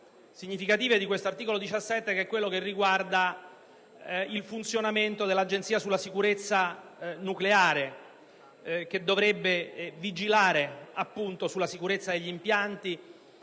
significative di questo articolo che riguarda il funzionamento dell'Agenzia sulla sicurezza nucleare, che dovrebbe vigilare appunto sulla sicurezza degli impianti